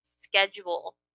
schedule